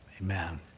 amen